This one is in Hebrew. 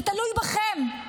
זה תלוי בכם,